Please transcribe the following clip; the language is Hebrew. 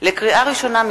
לקריאה ראשונה,